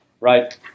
Right